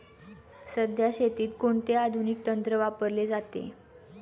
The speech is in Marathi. सध्या शेतीत कोणते आधुनिक तंत्र वापरले जाते?